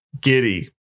Giddy